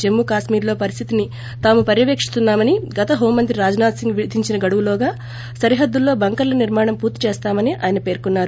జమ్మూ కళ్మీర్లో పరిస్దితిని తాము పర్యవేశిస్తున్నామనీ గత హోంమంత్రి రాజ్నాథ్ సింగ్ విధించిన గడువులోగా సరిహద్దుల్లో బంకర్ల నిర్మాణం పూర్తి చేస్తామని ఆయన పేర్కొన్సారు